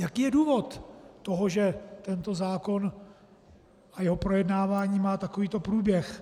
Jaký je důvod toho, že tento zákon, jeho projednávání má takovýto průběh.